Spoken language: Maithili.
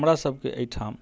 हमरासबके एहिठाम